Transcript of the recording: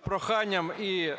проханням і